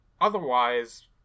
Otherwise